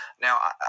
Now